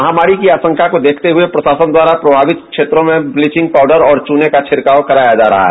महामारी की आशंका को देखते हुये प्रशासन द्वारा प्रभावित क्षेत्रों में ब्लिचिंग पाउडर और चूने का छिड़काव कराया जा रहा है